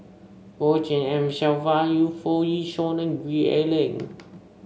Goh Tshin En Sylvia Yu Foo Yee Shoon and Gwee Ah Leng